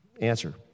answer